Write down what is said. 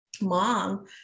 mom